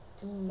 mmhmm